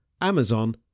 Amazon